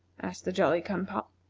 asked the jolly-cum-pop.